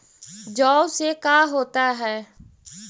जौ से का होता है?